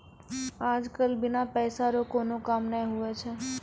आज कल बिना पैसा रो कोनो काम नै हुवै छै